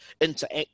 interact